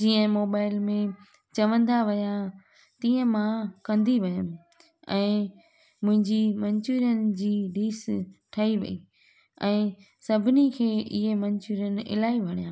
जीअं मोबाइल में चवंदा वियां तीअं मां कंदी वियमि ऐं मुंहिंजी मन्चूरियन जी डिश ठही वई ऐं सभिनी खे इहे मन्चूरियन इलाही वणिया